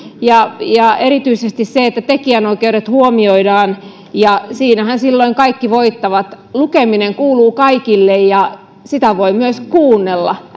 ja ja erityisesti se että tekijänoikeudet huomioidaan ja siinähän silloin kaikki voittavat lukeminen kuuluu kaikille ja voi myös kuunnella